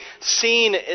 seen